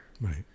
Right